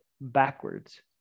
backwards